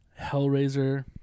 Hellraiser